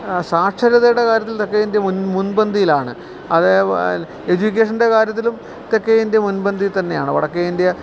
സാക്ഷരതയുടെ കാര്യത്തിൽ തെക്കേ ഇന്ത്യ മുന്പന്തിയിലാണ് അതേപോലെ എഡ്യുകേഷൻ്റെ കാര്യത്തിലും തെക്കേ ഇന്ത്യ മുൻപന്തിയിൽ തന്നെയാണ് വടക്കേ ഇന്ത്യ